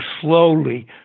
slowly